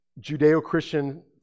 judeo-christian